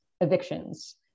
evictions